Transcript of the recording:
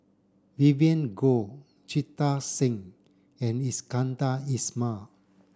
Vivien Goh Jita Singh and Iskandar Ismail